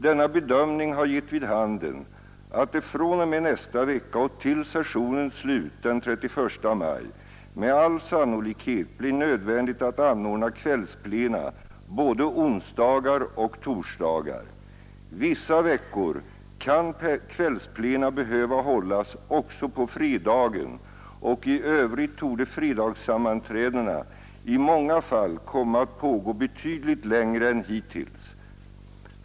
Denna bedömning har gett vid handen att det fr.o.m. nästa vecka och till sessionens slut den 31 maj med all sannolikhet blir nödvändigt att anordna kvällsplena både onsdagar och torsdagar. Vissa veckor kan kvällsplena behöva hållas också på fredagen, och även i övrigt torde fredagssammanträdena i många fall komma att pågå betydligt längre än hittills.